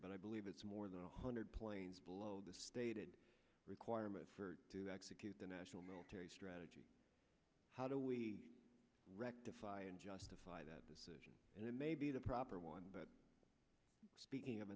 but i believe it's more than a hundred points below the stated requirement to execute the national military strategy how do we rectify and justify that decision and it may be the proper one but speaking of